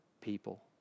people